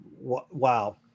wow